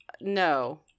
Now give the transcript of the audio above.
no